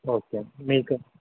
ఓకేండి మీకు